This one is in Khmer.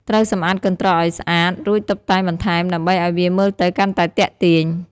ត្រូវសម្អាតកន្ត្រកឲ្យស្អាត រួចតុបតែងបន្ថែមដើម្បីឲ្យវាមើលទៅកាន់តែទាក់ទាញ។